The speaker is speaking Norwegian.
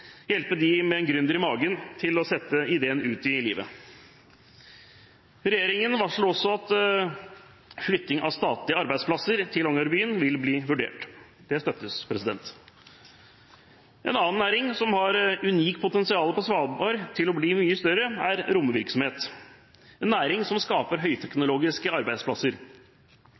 hjelpe dem med en gründer i magen til å sette ideen ut i livet. Regjeringen varsler også at flytting av statlige arbeidsplasser til Longyearbyen vil bli vurdert. Det støttes. En annen næring som har unikt potensial på Svalbard til å bli mye større, er romvirksomhet – en næring som skaper høyteknologiske arbeidsplasser.